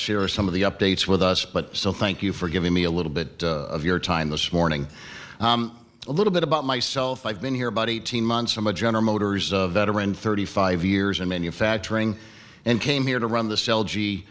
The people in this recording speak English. share some of the updates with us but still thank you for giving me a little bit of your time this morning a little bit about myself i've been here about eighteen months i'm a general motors of veteran thirty five years in manufacturing and came here to run the cell g